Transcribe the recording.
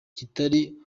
kitari